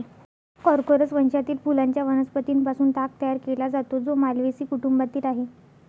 Corchorus वंशातील फुलांच्या वनस्पतीं पासून ताग तयार केला जातो, जो माल्व्हेसी कुटुंबातील आहे